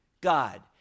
God